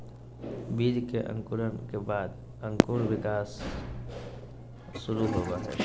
बीज के अंकुरण के बाद अंकुर विकास शुरू होबो हइ